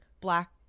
black